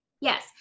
Yes